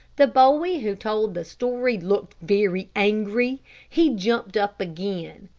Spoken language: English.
the boy who told the story looked very angry he jumped up again.